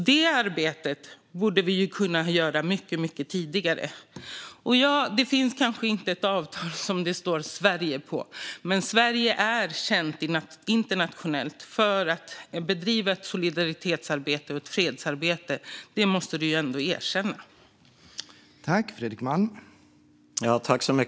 Det arbetet borde vi kunna göra mycket tidigare. Nej, det finns kanske inte ett avtal som det står Sverige på, men Sverige är känt internationellt för att bedriva ett solidaritetsarbete och ett fredsarbete. Det måste du ju ändå erkänna, Fredrik Malm.